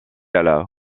alla